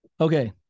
Okay